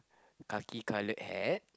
khaki colour hat